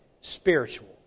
spiritual